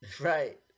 Right